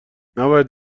نباید